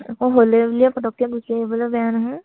অঁ হ'লে বুলিয়ে পটকে গুচি আহিবলৈ বেয়া নহয়